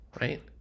right